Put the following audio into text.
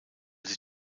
sie